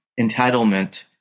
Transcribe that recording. entitlement